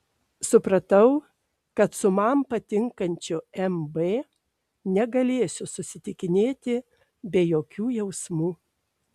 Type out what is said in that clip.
supratau kad su man patinkančiu m b negalėsiu susitikinėti be jokių jausmų